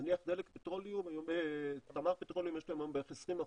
נניח לתמר פטרוליום היום יש בערך 20%,